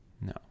No